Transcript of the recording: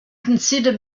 consider